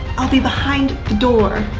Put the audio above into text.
i'll be behind the door.